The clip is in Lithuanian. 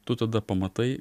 tu tada pamatai